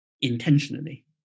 intentionally